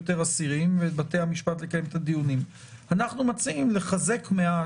מי שמעיין בצו בידוד ביתי,